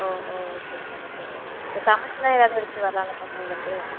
ஓ ஓ okay sir okay sir sir சமைச்சிலா எதாவது எடுத்துகிட்டு வரலால பசங்ளுக்கு